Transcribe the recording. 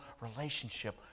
relationship